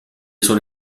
sono